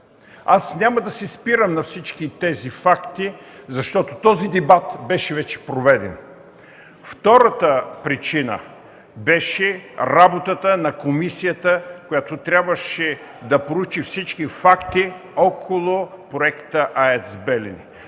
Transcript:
ни. Няма да се спирам на всички тези факти, защото този дебат беше вече проведен. Втората причина беше работата на комисията, която трябваше да проучи всички факти около Проекта АЕЦ